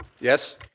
Yes